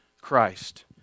Christ